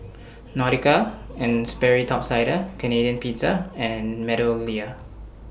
Nautica and Sperry Top Sider Canadian Pizza and Meadowlea